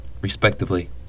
respectively